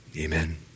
Amen